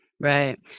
Right